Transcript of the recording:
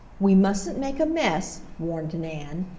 we mustn't make a muss, warned nan.